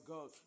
God